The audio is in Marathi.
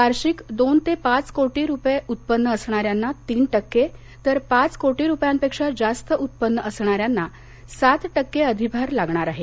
वार्षिक दोन ते पाच कोटी उत्पन्न असणाऱ्यांना तीन टक्के तर पाच कोटी रुपयांपेक्षा जास्त उत्पन्न असणाऱ्यांना सात टक्के अधिभार लागणार आहे